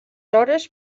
hores